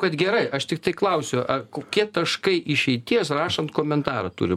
kad gerai aš tiktai klausiu ar kokie taškai išeities rašant komentarą turi